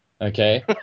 okay